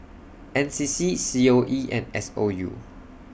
N C C C O E and S O U